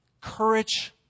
Courage